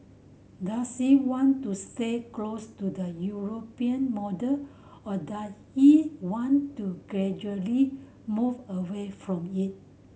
does it want to stay close to the European model or does it want to gradually move away from it